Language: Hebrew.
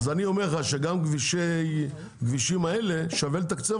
אז אני אומר לך שגם את הכבישים האלה שווה לתקצב,